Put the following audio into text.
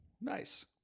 Nice